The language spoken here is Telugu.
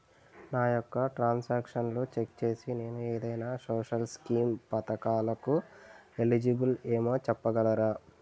నా యెక్క ట్రాన్స్ ఆక్షన్లను చెక్ చేసి నేను ఏదైనా సోషల్ స్కీం పథకాలు కు ఎలిజిబుల్ ఏమో చెప్పగలరా?